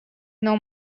know